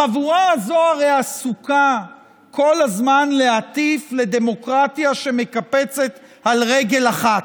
החבורה הזו הרי עסוקה כל הזמן בלהטיף לדמוקרטיה שמקפצת על רגל אחת,